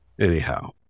anyhow